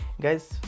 Guys